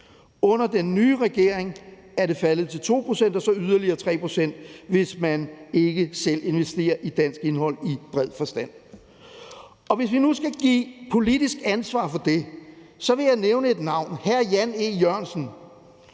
Under den nye regering er det faldet til 2 pct. og så yderligere 3 pct., hvis man ikke selv investerer i dansk indhold i bred forstand. Hvis vi nu skal give politisk ansvar for det, vil jeg nævne et navn, nemlig hr. Jan E. Jørgensen,